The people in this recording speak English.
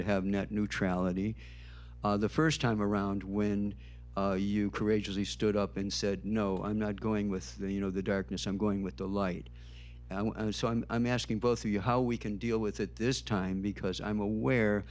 to have net neutrality the first time around when you courageously stood up and said no i'm not going with the you know the darkness i'm going with the light and so on i'm asking both of you how we can deal with it this time because i'm aware